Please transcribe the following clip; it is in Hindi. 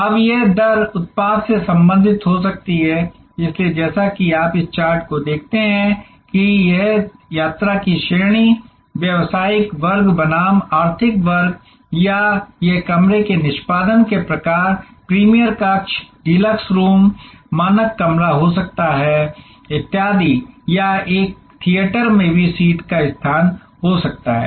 अब यह दर उत्पाद से संबंधित हो सकती है इसलिए जैसा कि आप इस चार्ट पर देखते हैं कि यह यात्रा की श्रेणी व्यवसायिक वर्ग बनाम आर्थिक वर्ग या यह कमरे के निष्पादन के प्रकार प्रीमियर कक्ष डीलक्स रूम मानक कमरा हो सकता है इत्यादि या यह एक थिएटर में भी सीट का स्थान हो सकता है